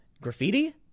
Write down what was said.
Graffiti